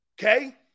Okay